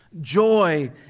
joy